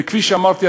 וכפי שאמרתי,